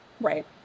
Right